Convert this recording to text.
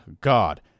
God